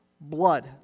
blood